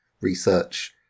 research